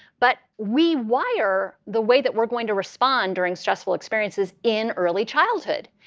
but we wire the way that we're going to respond during stressful experiences in early childhood.